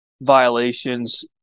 violations